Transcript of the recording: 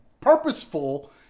purposeful